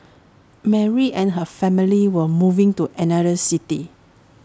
Mary and her family were moving to another city